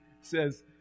says